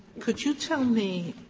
could you tell me